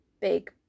big